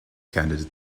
candidate